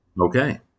Okay